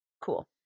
Cool